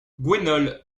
gwenole